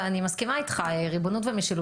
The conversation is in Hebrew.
ואני מסכימה איתך: ריבונות ומשילות